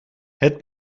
het